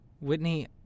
Whitney